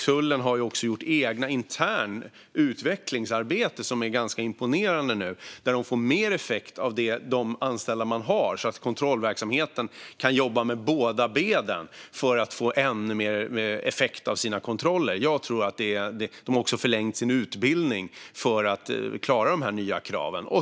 Tullen har också gjort ett eget, internt utvecklingsarbete som är ganska imponerande där de får mer effekt av de anställda de har så att man inom kontrollverksamheten kan jobba med båda benen för att få ännu mer effekt av sina kontroller. De har också förlängt sin utbildning för att klara de här nya kraven.